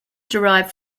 derived